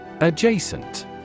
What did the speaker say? Adjacent